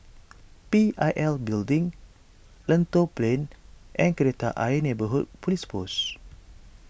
P I L Building Lentor Plain and Kreta Ayer Neighbourhood Police Post